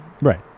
Right